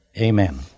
Amen